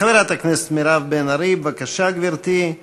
חברת הכנסת מירב בן ארי, בבקשה, גברתי,